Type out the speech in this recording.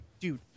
Dude